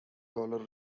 dollar